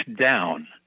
down